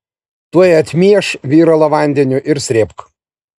tuoj atmieš viralą vandeniu ir srėbk